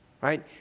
Right